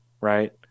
right